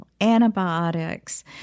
antibiotics